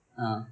ah